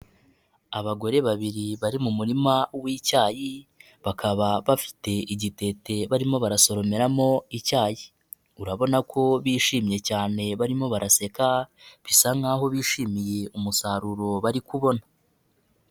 Abagore babiri bari mu murima w'icyayi bakaba bafite igitete barimo barasoronemo icyayi, urabona ko bishimye cyane barimo baraseka bisa nk'aho bishimiye umusaruro bari kubona.